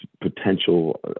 potential